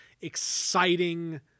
exciting